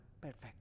perfect